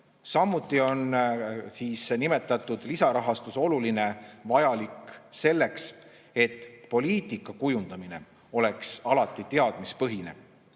Samuti on nimetatud lisarahastus oluline, vajalik selleks, et poliitika kujundamine oleks alati teadmispõhine.